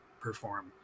perform